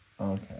Okay